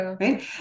right